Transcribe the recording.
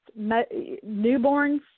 newborns